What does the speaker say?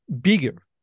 bigger